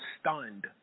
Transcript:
stunned